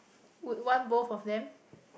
would want both of them